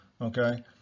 Okay